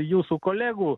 jūsų kolegų